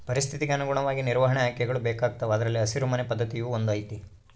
ಪರಿಸ್ಥಿತಿಗೆ ಅನುಗುಣವಾಗಿ ನಿರ್ವಹಣಾ ಆಯ್ಕೆಗಳು ಬೇಕಾಗುತ್ತವೆ ಅದರಲ್ಲಿ ಹಸಿರು ಮನೆ ಪದ್ಧತಿಯೂ ಒಂದು ಐತಿ